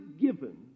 given